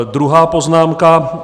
Druhá poznámka.